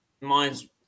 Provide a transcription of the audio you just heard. mine's